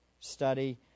Study